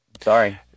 sorry